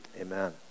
Amen